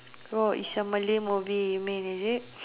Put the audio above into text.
oh is a Malay movie you mean is it